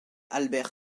albert